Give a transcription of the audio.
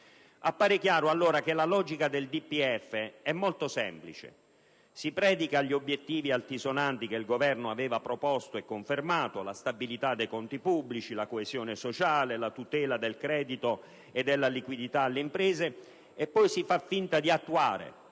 Appare chiaro, allora, che la logica del DPEF è molto semplice: si predicano gli obiettivi altisonanti che il Governo aveva proposto e confermato, cioè la stabilità dei conti pubblici, la coesione sociale, la tutela del credito e della liquidità alle imprese, e poi si fa finta di attuare,